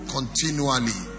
Continually